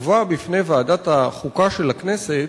הובא בפני ועדת החוקה של הכנסת,